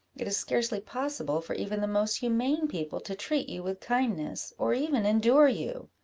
it is scarcely possible for even the most humane people to treat you with kindness, or even endure you.